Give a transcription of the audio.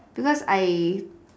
because I